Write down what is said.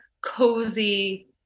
cozy